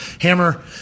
Hammer